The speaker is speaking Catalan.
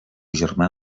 germà